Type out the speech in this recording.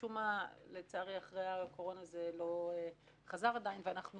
משום מה לצערי אחרי הקורונה זה לא חזר עדיין ואנחנו